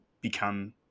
become